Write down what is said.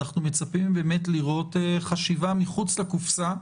אנחנו מצפים לראות חשיבה מחוץ לקופסה,